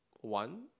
one